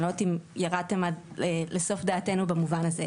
אני לא יודעת אם ירדתם עד לסוף דעתנו במובן הזה.